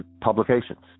publications